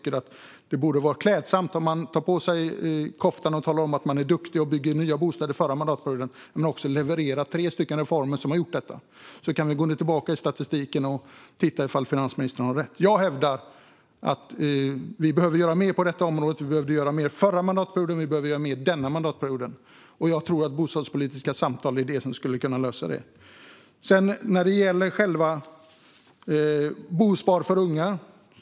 Det vore klädsamt om man tog på sig koftan och talade om att man var duktig och byggde nya bostäder förra mandatperioden och även kunde leverera tre reformer som möjliggjorde detta. Då kan vi gå tillbaka i statistiken och se efter om finansministern har rätt. Jag hävdar att vi behöver göra mer på området. Vi behövde göra mer under förra mandatperioden, och vi behöver göra mer denna mandatperiod. Jag tror att bostadspolitiska samtal skulle lösa problemet. Sedan var det frågan om bosparande för unga.